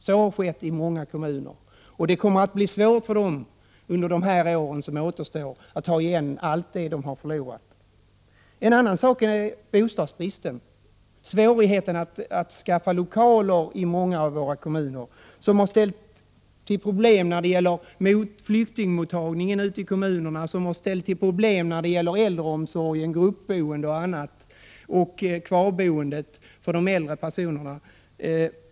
Så har skett i många kommuner. Det kommer att bli svårt för dem att under dessa år som återstår ta igen allt det de har förlorat. En annan sak är bostadsbristen. Svårigheten att skaffa lokaler i många av våra kommuner har ställt till problem när det gäller flyktingmottagning, äldreomsorgen, gruppboende och kvarboende för äldre personer.